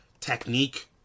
technique